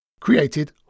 created